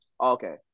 Okay